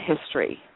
history